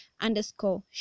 underscore